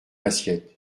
assiette